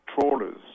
trawlers